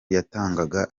yatangaga